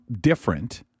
different